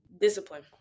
Discipline